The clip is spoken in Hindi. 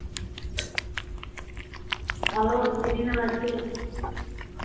हेलो दीदी नमस्ते